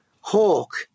hawk